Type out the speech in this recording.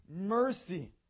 mercy